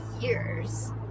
years